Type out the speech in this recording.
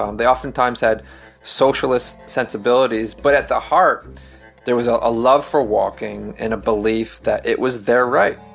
um they oftentimes had socialist sensibilities, but at the heart there was ah a love for walking and a belief that it was their right